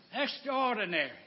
Extraordinary